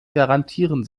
garantieren